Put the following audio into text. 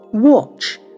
Watch